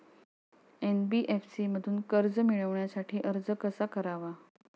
NBFC मधून कर्ज मिळवण्यासाठी अर्ज कसा करावा?